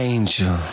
Angel